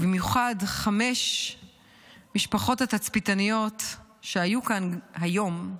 במיוחד חמש משפחות התצפיתניות שהיו כאן היום,